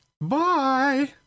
Bye